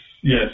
yes